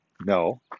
No